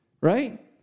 Right